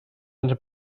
into